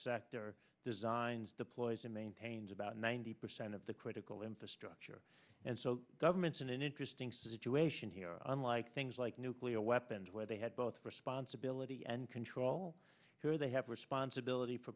sector designs deploys and maintains about ninety percent of the critical infrastructure and so governments in an interesting situation here unlike things like nuclear weapons where they had both responsibility and control here they have responsibility for